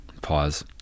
pause